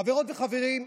חברות וחברים,